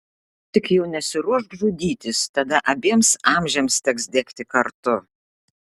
tik jau nesiruošk žudytis tada abiems amžiams teks degti kartu